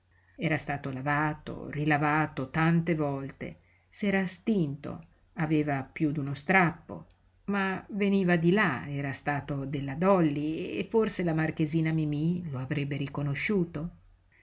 era stato lavato rilavato tante volte s'era stinto aveva piú d'uno strappo ma veniva di là era stato della dolly e forse la marchesina mimí lo avrebbe riconosciuto